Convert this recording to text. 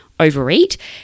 Overeat